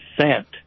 cent